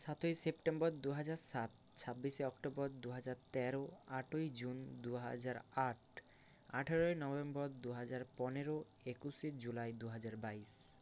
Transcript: সাতই সেপ্টেম্বর দু হাজার সাত ছাব্বিশে অক্টোবর দু হাজার তেরো আটই জুন দু হাজার আট আঠেরোই নভেম্বর দু হাজার পনেরো একুশে জুলাই দু হাজার বাইশ